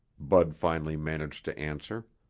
bud finally managed to answer.